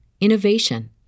innovation